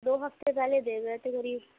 دو ہفتے پہلے دے گئے تھے زریف